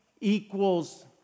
equals